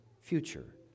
future